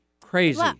crazy